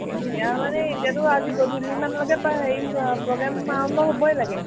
কেতিয়া মানে এতিয়াতো আজি গধূলিমানলৈকে প্ৰায় হেৰি প্ৰগ্ৰেম আৰম্ভ হ'বই লাগে